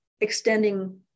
extending